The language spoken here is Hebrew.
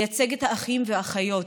לייצג את האחים והאחיות,